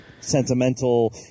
sentimental